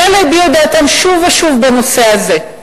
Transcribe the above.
בנושא הזה,